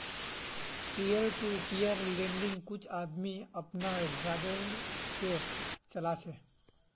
peer to peer लेंडिंग्क कुछ आदमी अपनार हिसाब से चला छे